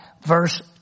verse